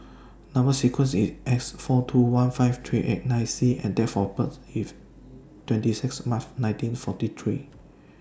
Number sequence IS S four two one five three eight nine C and Date of birth IS twenty six March nineteen forty three